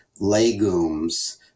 legumes